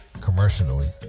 Commercially